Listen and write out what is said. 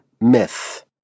myth